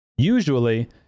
Usually